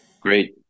Great